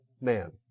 man